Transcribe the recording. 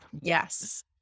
yes